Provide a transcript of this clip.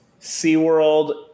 SeaWorld